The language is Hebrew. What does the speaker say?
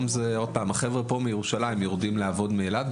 החבר'ה מירושלים יורדים לעבוד באילת,